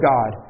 God